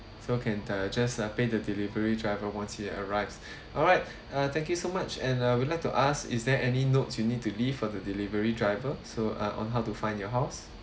so can uh just uh pay the delivery driver once he arrives alright uh thank you so much and uh would like to ask is there any notes you need to leave for the delivery driver so uh on how to find your house